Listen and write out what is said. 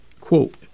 Quote